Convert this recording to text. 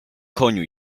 koniu